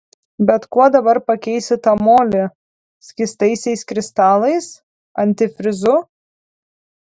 bet kuo dabar pakeisi tą molį skystaisiais kristalais antifrizu